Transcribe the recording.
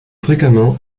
fréquemment